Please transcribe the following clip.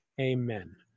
Amen